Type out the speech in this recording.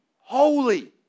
holy